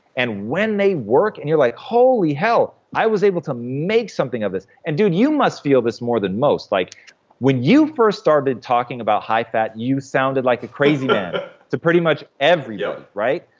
and when they work and you're like, holy hell. i was able to make something of this. and dude, you must feel this more than most. like when you first started talking about high fat, you sounded like a crazy man to pretty much everybody, right?